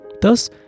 Thus